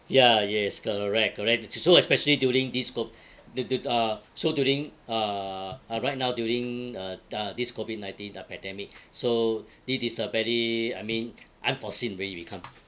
ya yes correct correct especially so especially during this COV~ the the uh so during uh uh right now during uh the uh this COVID nineteen uh pandemic so this is a very I mean unforeseen when it will come